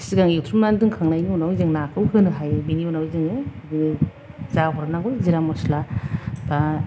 सिगां एवथ्रमनानै दोनखांनायनि उनाव जों नाखौ होनो हायो बेनि उनाव जोङो जा हरनांगौ जिरा मस्ला बा